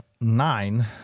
nine